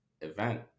event